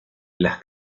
las